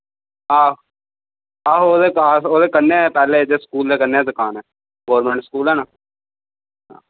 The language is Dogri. हां आहो उ'दे खास उ'दे कन्नै पैह्ले इद्धर स्कूल दे कन्नै दुकान ऐ गोरमैंट स्कूल ऐ ना